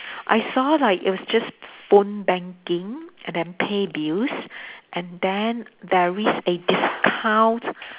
I saw like it was just phone banking and then pay bills and then there is a discount